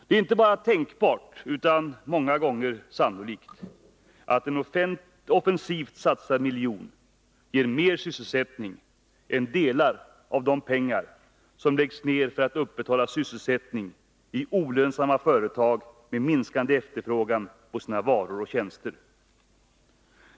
Det är inte bara tänkbart utan många gånger sannolikt att en offensivt satsad miljon ger mer sysselsättning än delar av de pengar som läggs ner för att upprätthålla sysselsättning i olönsamma företag med minskande efterfrågan på sina varor och tjänster.